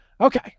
okay